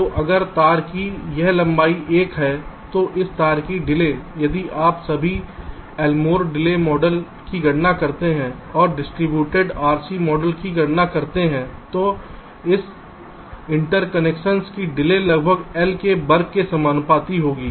तो अगर तार की यह लंबाई l है तो इस तार की डिले यदि आप अभी एल्मोर डिले मॉडल की गणना करते हैं और डिस्ट्रिब्यूटेड RC मॉडल की गणना करते हैं तो इस इंटरकनेक्शंस की डिले लगभग L के वर्ग के समानुपाती होगी